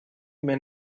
men